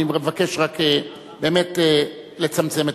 אני אבקש באמת לצמצם במלים.